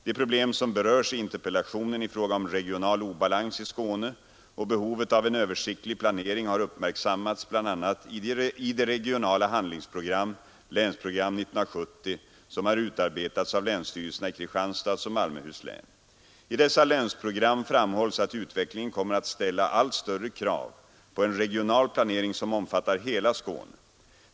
De problem som berörs i interpellationen i fråga om regional obalans i Skåne och behovet av en översiktlig planering har uppmärksammats bl.a. i de regionala handlingsprogram — Länsprogram 1970 — som har utarbetats av länsstyrelserna i Kristianstads och Malmöhus län. I dessa länsprogram framhålls att utvecklingen kommer att ställa allt större krav på en regional planering som omfattar hela Skåne.